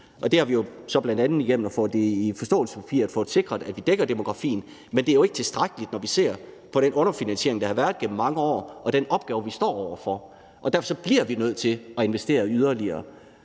forståelsespapiret fået sikret, at vi dækkede demografien, men det er jo ikke tilstrækkeligt, når vi ser på den underfinansiering, der har været gennem mange år, og den opgave, vi står over for. Derfor bliver vi nødt til at investere yderligere,